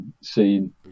seen